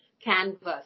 canvas